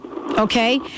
Okay